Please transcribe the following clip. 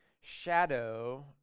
shadow